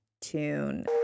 Tune